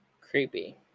Creepy